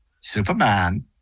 Superman